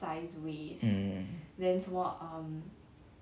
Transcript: mm mm mm